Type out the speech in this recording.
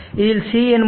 இதில் C என்பது 0